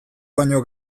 baino